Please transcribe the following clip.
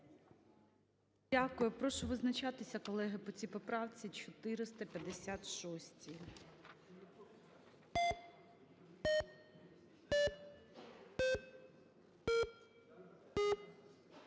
Дякую. Прошу визначатися, колеги, по цій поправці 456.